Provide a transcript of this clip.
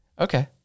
Okay